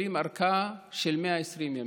מקבלים ארכה של 120 ימים.